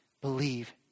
Believe